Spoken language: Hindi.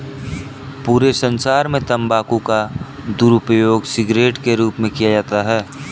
पूरे संसार में तम्बाकू का दुरूपयोग सिगरेट के रूप में किया जाता है